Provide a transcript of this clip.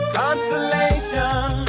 consolation